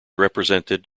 represented